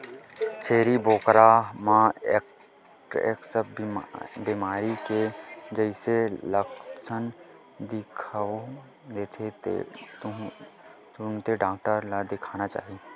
छेरी बोकरा म एंथ्रेक्स बेमारी के जइसे लक्छन दिखउल देथे तुरते ढ़ोर डॉक्टर ल देखाना चाही